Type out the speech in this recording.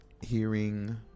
hearing